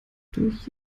durch